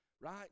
right